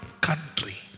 country